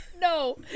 no